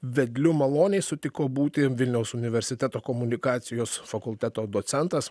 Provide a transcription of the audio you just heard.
vedliu maloniai sutiko būti vilniaus universiteto komunikacijos fakulteto docentas